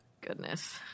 Goodness